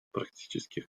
практических